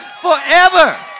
forever